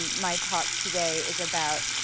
my talk today is about.